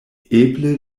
eble